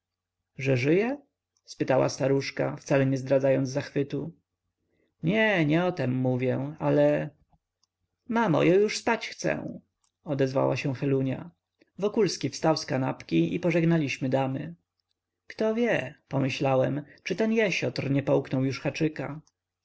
że żyje spytała staruszka wcale nie zdradzając zachwytu nie nie o tem mówię ale mamo ja już spać chcę odezwała się helunia wokulski wstał z kanapki i pożegnaliśmy damy kto wie pomyślałem czy ten jesiotr nie połknął już haczyka